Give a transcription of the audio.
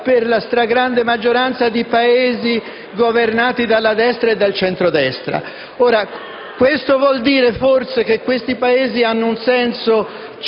per la stragrande maggioranza da Paesi governati dalla destra e dal centrodestra. Questo vuol dire forse che tali Paesi hanno un senso